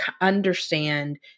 understand